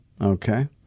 okay